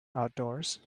outdoors